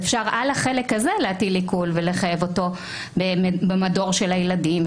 אפשר על החלק הזה להטיל עיקול ולחייב אותו במדור של הילדים,